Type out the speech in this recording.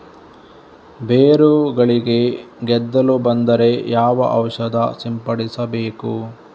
ಬೇರುಗಳಿಗೆ ಗೆದ್ದಲು ಬಂದರೆ ಯಾವ ಔಷಧ ಸಿಂಪಡಿಸಬೇಕು?